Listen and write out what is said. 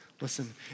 listen